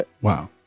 Wow